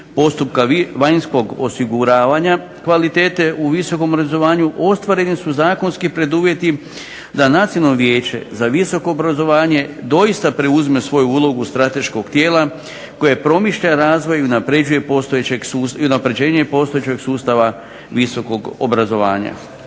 postupka vanjskog osiguravanja kvalitete u visokom obrazovanju ostvareni su zakonski preduvjeti da Nacionalno vijeće za visoko obrazovanje doista preuzme svoju ulogu strateškog tijela koje promišlja razvoj i unapređenje postojećeg sustava visokog obrazovanja.